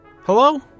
Hello